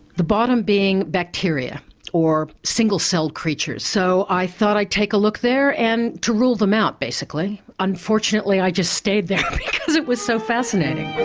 the bottom being bacteria or single-cell creatures. so i thought i'd take a look there and to rule them out basically, unfortunately i just stayed there because it was so fascinating.